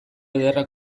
ederra